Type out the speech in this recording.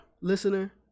listener